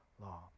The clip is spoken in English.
law